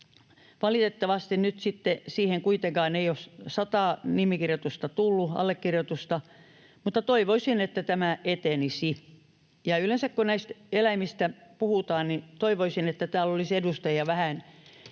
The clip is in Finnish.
siihen nyt ei sitten kuitenkaan ole sataa allekirjoitusta tullut, mutta toivoisin, että tämä etenisi. Ja yleensä, kun eläimistä puhutaan, toivoisin, että täällä olisi edustajia vähän enemmän